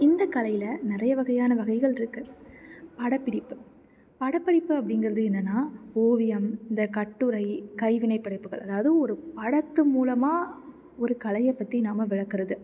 இந்தக் கலையில் நிறைய வகையான வகைகள் இருக்குது படப்பிடிப்பு படப்பிடிப்பு அப்படிங்கிறது என்னென்னால் ஓவியம் இந்த கட்டுரை கைவினைப் படைப்புகள் அதாவது ஒரு படத்து மூலமாக ஒரு கலையை பற்றி நாம் விளக்கிறது